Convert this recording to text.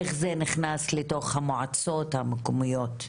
איך זה נכנס לתוך המועצות המקומיות?